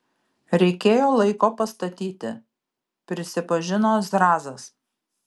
reikėjo laiko pastatyti prisipažino zrazas